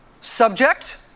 subject